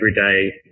everyday